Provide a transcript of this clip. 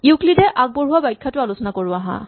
ইউক্লিডে আগবঢ়োৱা ব্যাখ্যাটো আলোচনা কৰো আহাঁ